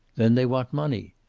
then they want money.